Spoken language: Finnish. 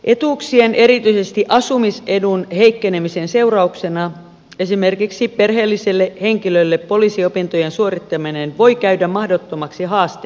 etuuksien erityisesti asumisedun heikkenemisen seurauksena esimerkiksi perheelliselle henkilölle poliisiopintojen suorittaminen voi käydä mahdottomaksi haasteeksi